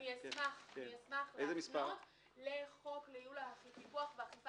אני אשמח להפנות לחוק לפיקוח והאכיפה